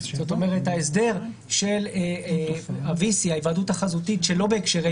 ההסדר של ההיוועדות החזותית שלא בהקשרי